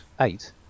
Eight